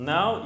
Now